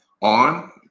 on